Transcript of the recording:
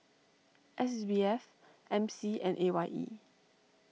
S B F M C and A Y E